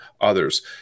Others